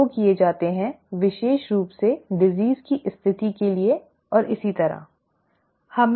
ये 2 किए जाते हैं विशेष रूप से बीमारी की स्थिति के लिए और इसी तरह ठीक है